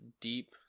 deep